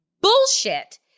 bullshit